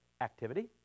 activity